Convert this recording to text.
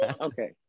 Okay